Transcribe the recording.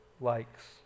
likes